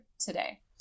today